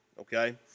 Okay